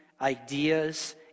ideas